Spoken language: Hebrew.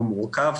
הוא מורכב,